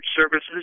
services